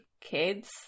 kids